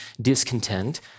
discontent